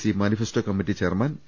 C manifesto committee chairman P